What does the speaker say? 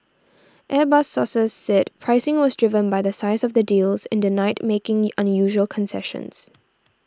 airbus sources said pricing was driven by the size of the deals and denied making unusual concessions